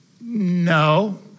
no